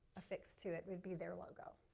affixed to it would be their logo.